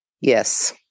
Yes